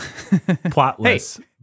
plotless